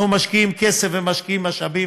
אנחנו משקיעים כסף ומשאבים.